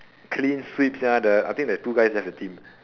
clean sweep sia the I think the two guys left the team